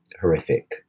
horrific